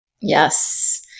Yes